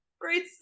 great